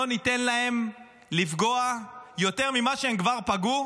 לא ניתן להם לפגוע יותר ממה שהם כבר פגעו